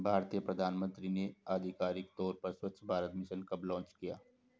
भारतीय प्रधानमंत्री ने आधिकारिक तौर पर स्वच्छ भारत मिशन कब लॉन्च किया?